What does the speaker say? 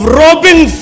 robbing